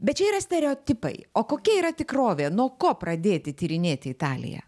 bet čia yra stereotipai o kokia yra tikrovė nuo ko pradėti tyrinėti italiją